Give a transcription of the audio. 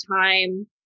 time